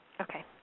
Okay